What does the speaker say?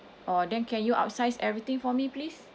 orh then can you upsize everything for me please